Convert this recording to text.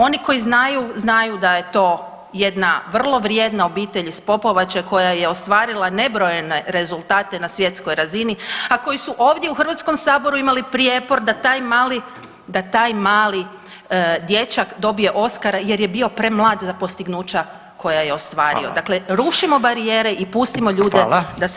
Oni koji znaju, znaju da je to jedna vrlo vrijedna obitelj iz Popovače koja je ostvarila nebrojene rezultate na svjetskoj razini, a koji su ovdje u Hrvatskom saboru imali prijepor da taj mali, da taj mali dječak dobije Oskara jer je bio premlad za postignuća koja je ostvario [[Upadica: Hvala.]] dakle rušimo barijere i pustimo ljude da se